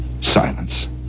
Silence